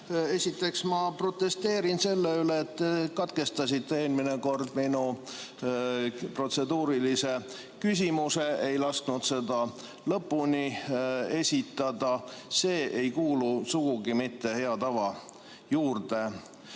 Esiteks, ma protesteerin selle vastu, et te katkestasite eelmine kord minu protseduurilise küsimuse ega lasknud seda lõpuni esitada. See ei kuulu sugugi hea tava juurde.